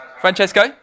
Francesco